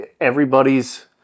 everybody's